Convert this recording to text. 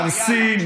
ארסי,